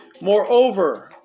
Moreover